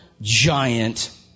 giant